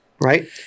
right